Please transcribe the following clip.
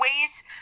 ways